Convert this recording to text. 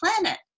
planet